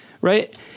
right